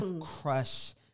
crush